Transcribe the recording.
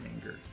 anger